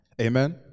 Amen